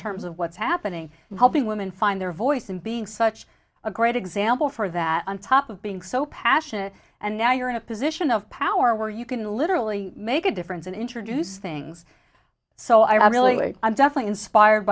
terms of what's happening in helping women find their voice and being such a great example for that on top of being so passionate and now you're in a position of power where you can literally make a difference and introduce things so i really i'm just like inspired